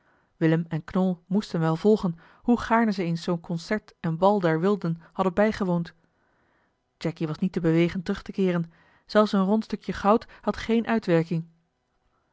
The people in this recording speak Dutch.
willem en knol moesten wel volgen hoe gaarne ze eens zoo'n concert en bal der wilden hadden bijgewoond jacky was niet te bewegen terug te keeren zelfs een rond stukje goud had geen uitwerking